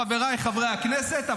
חבריי חברי הכנסת,